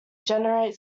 generate